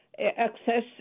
access